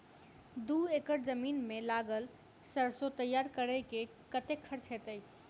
दू एकड़ जमीन मे लागल सैरसो तैयार करै मे कतेक खर्च हेतै?